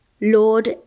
Lord